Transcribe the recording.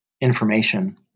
information